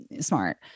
Smart